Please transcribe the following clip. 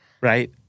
right